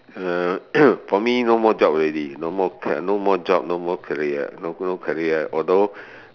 uh for me no more job already no more no more job no more career no career although